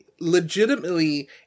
legitimately